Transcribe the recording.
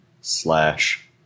slash